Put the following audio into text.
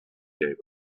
gave